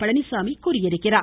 பழனிச்சாமி தெரிவித்திருக்கிறார்